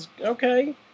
Okay